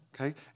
okay